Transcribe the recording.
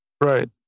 Right